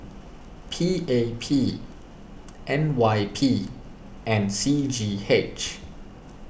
P A P N Y P and C G H